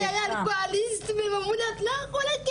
היה אלכוהוליסט והם אמרו לי את לא יכולה,